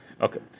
Okay